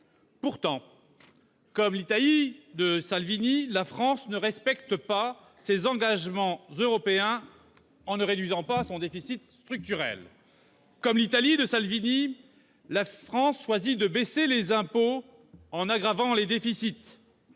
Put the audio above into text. Pourtant, comme l'Italie de Salvini, la France ne respecte pas ses engagements européens, car elle ne réduit pas son déficit structurel. Comme l'Italie de Salvini, la France choisit de baisser les impôts, aggravant ainsi les déficits.